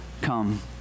come